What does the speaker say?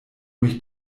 mich